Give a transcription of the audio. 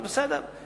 בסדר,